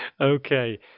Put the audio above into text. Okay